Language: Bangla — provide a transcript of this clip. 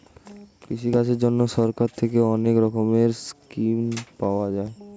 কৃষিকাজের জন্যে সরকার থেকে অনেক রকমের স্কিম পাওয়া যায়